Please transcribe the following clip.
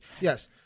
Yes